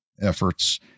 efforts